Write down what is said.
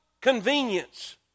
convenience